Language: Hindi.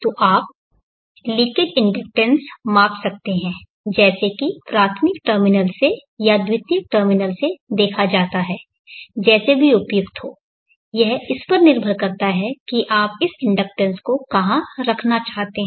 तो आप लीकेज इंडक्टेंस माप सकते हैं जैसा कि प्राथमिक टर्मिनल्स से या द्वितीयक टर्मिनल्स से देखा जाता है जैसा भी उपयुक्त हो यह इस पर निर्भर करता है कि आप इस इंडक्टेंस को कहाँ रखना चाहते हैं